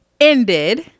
ended